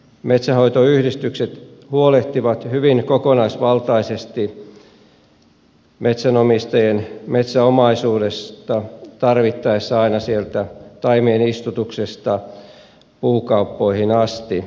metsänhoitoyhdistykset huolehtivat hyvin kokonaisvaltaisesti metsänomistajien metsäomaisuudesta tarvittaessa aina sieltä taimien istutuksesta puukauppoihin asti